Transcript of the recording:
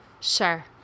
sure